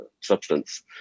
substance